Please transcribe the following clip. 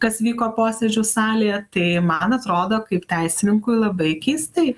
kas vyko posėdžių salėje tai man atrodo kaip teisininkui labai keistai